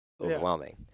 overwhelming